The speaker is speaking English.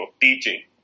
teaching